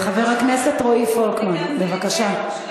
חבר הכנסת רועי פולקמן, בבקשה.